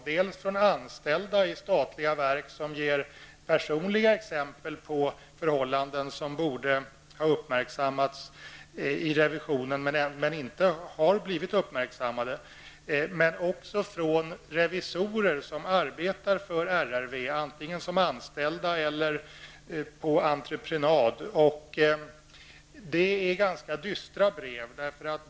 Dels kommer de från anställda i statliga verk som ger personliga exempel på förhållanden som borde ha uppmärksammats i revisionen, men inte har blivit uppmärksammade. Dels kommer de från revisorer som arbetar för RRV, antingen som anställda eller på verkets uppdrag. Det är ganska dystra brev.